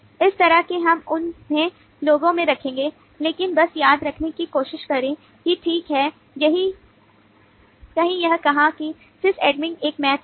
इस तरह के हम उन्हें लोगों में रखेंगे लेकिन बस याद रखने की कोशिश करें कि ठीक है कहीं यह कहा कि SysAdmin एक मैच है